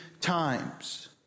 times